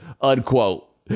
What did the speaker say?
unquote